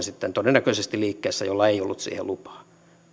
sitten todennäköisesti liikkeessä jolla ei ollut siihen lupaa